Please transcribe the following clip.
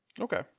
Okay